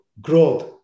growth